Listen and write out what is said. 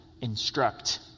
instruct